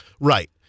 Right